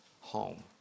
home